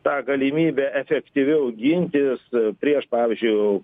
tą galimybę efektyviau gintis prieš pavyzdžiu